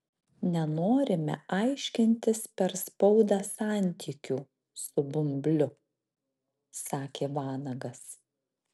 nenorime aiškintis per spaudą santykių su bumbliu sakė vanagas